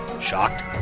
Shocked